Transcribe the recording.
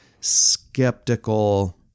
skeptical